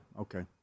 okay